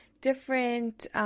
different